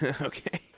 Okay